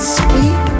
sweet